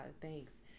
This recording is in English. thanks